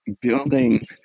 Building